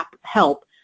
help